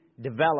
Develop